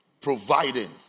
providing